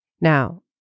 Now